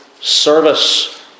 Service